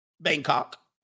Bangkok